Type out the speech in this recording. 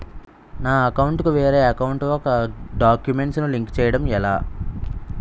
నా అకౌంట్ కు వేరే అకౌంట్ ఒక గడాక్యుమెంట్స్ ను లింక్ చేయడం ఎలా?